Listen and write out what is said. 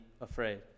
afraid